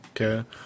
okay